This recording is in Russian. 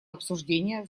обсуждения